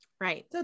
Right